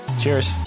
Cheers